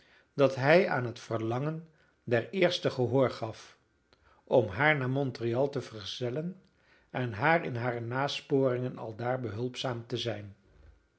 dat hij aan het verlangen der eerste gehoor gaf om haar naar montreal te vergezellen en haar in hare nasporingen aldaar behulpzaam te zijn